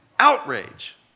outrage